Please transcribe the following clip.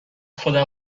خودم